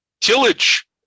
Tillage